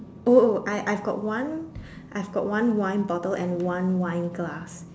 oh oh I I've got one I've got one wine bottle and one wine glass